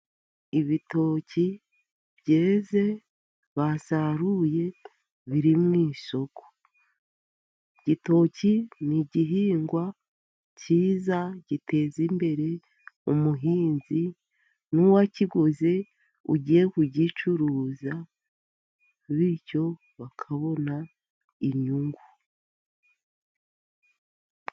Ibitoki byeze basaruye biri mu isoko, igitoki ni igihingwa cyiza giteza imbere umuhinzi, n'uwakiguze ugiye kugicuruza bityo bakabona inyungu.